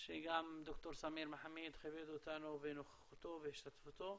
שגם ד"ר סמיר מחמיד כיבד אותנו בנוכחותו והשתתפותו.